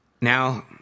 now